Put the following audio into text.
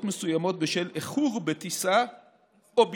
מסוימות בשל איחור בטיסה או ביטולה: